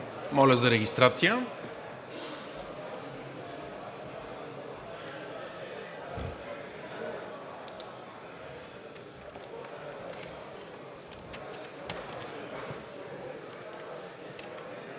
Моля за регистрация.